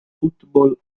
football